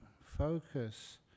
focus